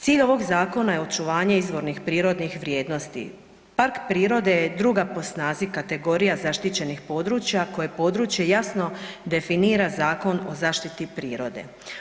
Cilj ovog zakona je očuvanje izvornih prirodnih vrijednosti, park prirodi je druga po snazi kategorija zaštićenih područja koje područje jasno definira Zakon o zaštiti prirode.